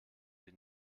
sie